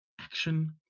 action